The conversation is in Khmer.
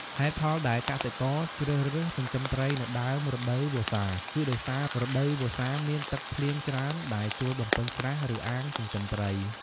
ហេតុផលដែលកសិករជ្រើសរើសចិញ្ចឹមត្រីនៅដើមរដូវវស្សាគឺដោយសារ រដូវវស្សាមានទឹកភ្លៀងច្រើនដែលជួយបំពេញស្រះ ឬអាងចិញ្ចឹមត្រី។